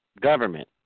government